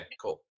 cool